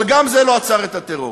אבל גם זה לא עצר את הטרור.